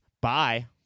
Bye